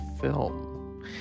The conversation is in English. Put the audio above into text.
film